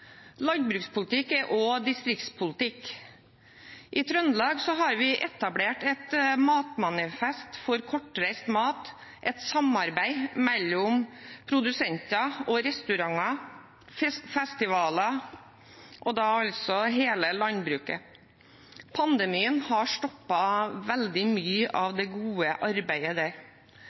Landbrukspolitikk er også distriktspolitikk. I Trøndelag har vi etablert et matmanifest for kortreist mat. Det er et samarbeid mellom produsenter, restauranter, festivaler og hele landbruket. Pandemien har stoppet veldig mye av dette gode arbeidet. Det